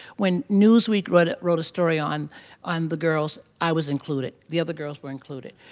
when newsweek wrote. wrote a story on on the girls, i was included, the other girls were included.